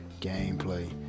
gameplay